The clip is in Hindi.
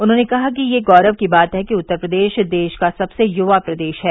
उन्होंने कहा कि यह गौरव की बात है कि उत्तर प्रदेश देश का सक्से युवा प्रदेश है